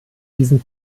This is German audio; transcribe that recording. diesen